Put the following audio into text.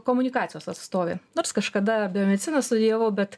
komunikacijos atstovė nors kažkada biomediciną studijavau bet